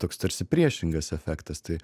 toks tarsi priešingas efektas tai